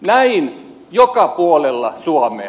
näin joka puolella suomea